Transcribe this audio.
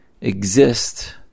exist